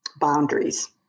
boundaries